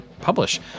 publish